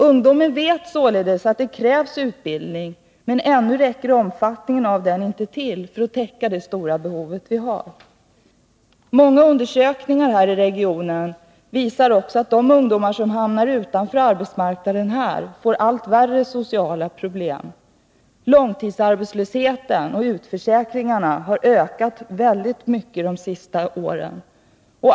Ungdomen vet Om arbetsmarksåledes att det krävs utbildning, men ännu räcker omfattningen av den inte nadssituationen till för att täcka det stora behov vi har. i Stockholms Många undersökningar här i regionen visar också att de ungdomar som här regionen hamnar utanför arbetsmarknaden får allt värre sociala problem, Långtidsarbetslösheten och utförsäkringarna har ökat mycket de senaste åren.